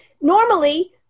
normally